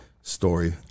story